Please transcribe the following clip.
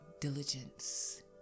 diligence